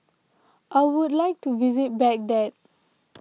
I would like to visit Baghdad